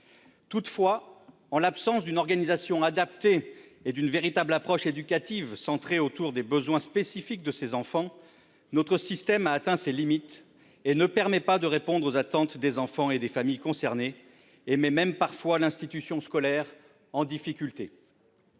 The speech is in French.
Toutefois, en l'absence d'une organisation adaptée et d'une véritable approche éducative centrée sur les besoins spécifiques de ces élèves, notre système a atteint ses limites et ne permet pas de répondre aux attentes des enfants et des familles concernés. Il met même parfois l'institution scolaire en difficulté.